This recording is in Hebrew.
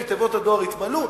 כי תיבות הדואר יתמלאו,